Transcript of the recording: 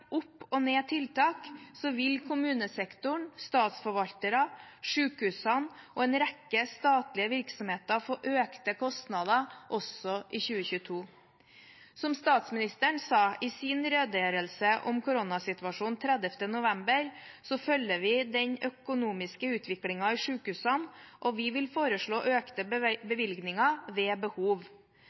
opp og ned tiltak, vil kommunesektoren, statsforvaltere, sykehusene og en rekke statlige virksomheter få økte kostnader også i 2022. Som statsministeren sa i sin redegjørelse om koronasituasjonen 30. november, følger vi den økonomiske utviklingen i sykehusene, og vi vil foreslå økte bevilgninger ved behov.